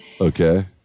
Okay